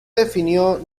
definió